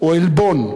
או עלבון,